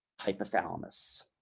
hypothalamus